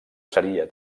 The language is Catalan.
seria